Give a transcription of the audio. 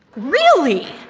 really?